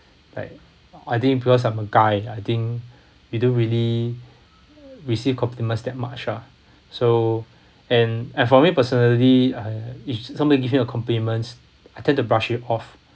like I think because I'm a guy I think you don't really receive compliments that much lah so and and for me personally I if somebody give me a compliment I tend to brush it off